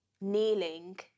kneeling